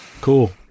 Cool